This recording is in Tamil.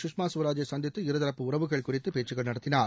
சுஷ்மா ஸ்வராஜை சந்தித்து இருதரப்பு உறவுகள் குறித்து பேச்சுக்கள் நடத்தினார்